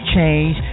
change